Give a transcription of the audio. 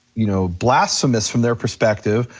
you know, blasphemous from their perspective.